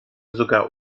sogar